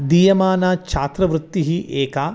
दीयमाना छात्रवृत्तिः एका